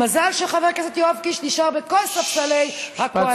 מזל שחבר הכנסת יואב קיש נשאר בכל ספסלי הקואליציה.